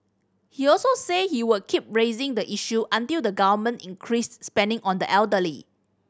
he also said he would keep raising the issue until the Government increased spending on the elderly